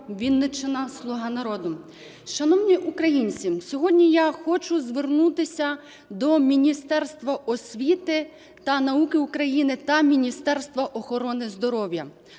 Вінниччина, "Слуга народу". Шановні українці, сьогодні я хочу звернутися до Міністерства освіти та науки України та Міністерства охорони здоров'я.